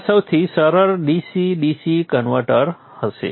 આ સૌથી સરળ DC DC કન્વર્ટર હશે